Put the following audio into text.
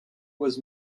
was